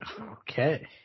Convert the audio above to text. Okay